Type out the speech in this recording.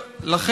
ויתרו,